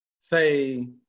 say